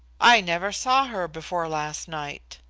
i never saw her before last night.